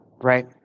right